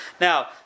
Now